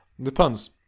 depends